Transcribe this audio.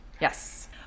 yes